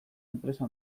enpresa